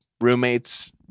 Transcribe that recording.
roommates